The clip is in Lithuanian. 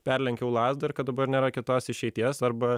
perlenkiau lazdą kad dabar nėra kitos išeities arba